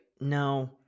no